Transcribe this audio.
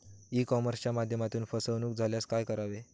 E कॉमर्सच्या माध्यमातून फसवणूक झाल्यास काय करावे?